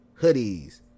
hoodies